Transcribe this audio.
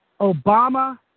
Obama